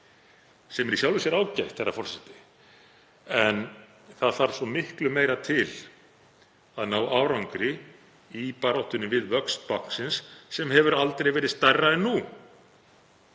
sem er í sjálfu sér ágætt, herra forseti. En það þarf svo miklu meira til að ná árangri í baráttunni við vöxt báknsins sem hefur aldrei verið stærra en nú.